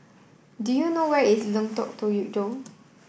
do you know where is Lengkok Tujoh